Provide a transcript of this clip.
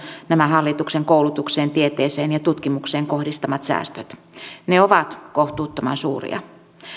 nämä hallituksen koulutukseen tieteeseen ja tutkimukseen kohdistamat säästöt ne ovat kohtuuttoman suuria